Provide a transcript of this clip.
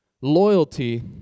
loyalty